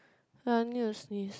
!huh! I need to sneeze